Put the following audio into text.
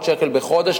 800 שקל בחודש,